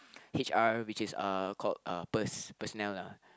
H_R with is uh called uh pers~ personnel lah